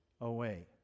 away